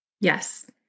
yes